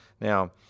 Now